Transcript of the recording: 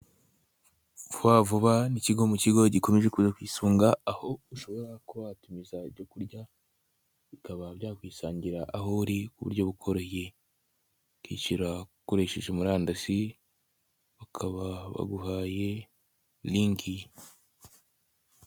Vubavuba n'ikigo mu kigo gikomeje kuza ku isonga aho ushobora kuba watumiza ibyo kurya bikaba byakwisangira aho uri ku buryo bukoroye ukishyura ukoresheje murandasi bakaba baguhaye linki.